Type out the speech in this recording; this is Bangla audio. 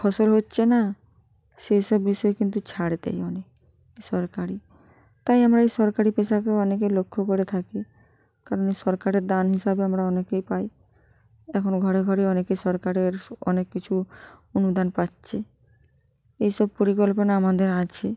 ফসল হচ্ছে না সেই সব বিষয়ে কিন্তু ছাড় দেয় অনেক এ সরকারি তাই আমরা এই সরকারি পেশাকেও অনেকে লক্ষ্য করে থাকি কারণ এই সরকারের দান হিসাবে আমরা অনেকেই পাই এখনো ঘরে ঘরে অনেকে সরকারেরস অনেক কিছু অনুদান পাচ্ছে এই সব পরিকল্পনা আমাদের আছে